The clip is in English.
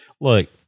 Look